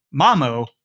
Mamo